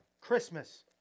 Christmas